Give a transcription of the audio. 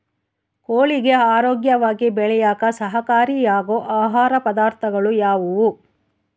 ಕೋಳಿಗೆ ಆರೋಗ್ಯವಾಗಿ ಬೆಳೆಯಾಕ ಸಹಕಾರಿಯಾಗೋ ಆಹಾರ ಪದಾರ್ಥಗಳು ಯಾವುವು?